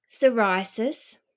psoriasis